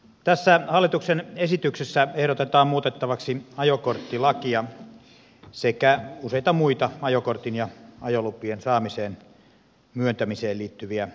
tässä hallituksen esityksessä ehdotetaan muutettavaksi ajokorttilakia sekä useita muita ajokortin ja ajolupien saamiseen ja myöntämiseen liittyviä lakeja